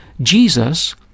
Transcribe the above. Jesus